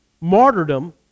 martyrdom